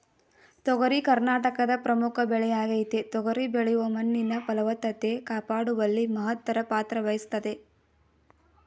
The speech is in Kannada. ತೊಗರಿ ಕರ್ನಾಟಕದ ಪ್ರಮುಖ ಬೆಳೆಯಾಗಯ್ತೆ ತೊಗರಿ ಬೆಳೆಯು ಮಣ್ಣಿನ ಫಲವತ್ತತೆ ಕಾಪಾಡುವಲ್ಲಿ ಮಹತ್ತರ ಪಾತ್ರವಹಿಸ್ತದೆ